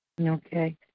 Okay